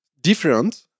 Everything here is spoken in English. different